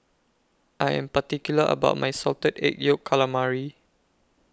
I Am particular about My Salted Egg Yolk Calamari